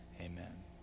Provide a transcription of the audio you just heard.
Amen